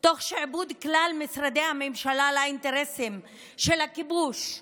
תוך שעבוד כלל משרדי הממשלה לאינטרסים של הכיבוש,